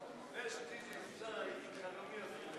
תסקיר עובד סוציאלי),